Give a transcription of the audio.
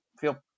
feel